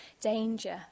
danger